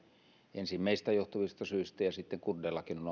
ensin meistä johtuvista syistä ja sitten kurdeillakin on